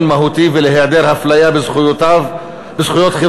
מהותי ולהיעדר הפליה בזכויות חברתיות,